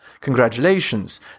Congratulations